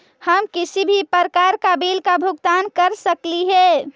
हम किसी भी प्रकार का बिल का भुगतान कर सकली हे?